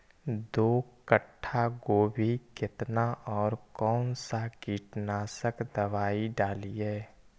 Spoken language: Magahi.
दो कट्ठा गोभी केतना और कौन सा कीटनाशक दवाई डालिए?